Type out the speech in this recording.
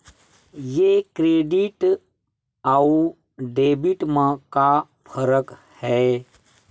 ये क्रेडिट आऊ डेबिट मा का फरक है?